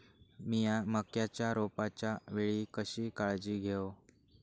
मीया मक्याच्या रोपाच्या वेळी कशी काळजी घेव?